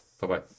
Bye-bye